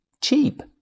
cheap